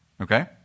Okay